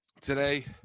today